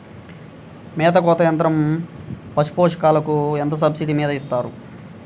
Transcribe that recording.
మేత కోత యంత్రం పశుపోషకాలకు ఎంత సబ్సిడీ మీద ఇస్తారు?